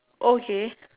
okay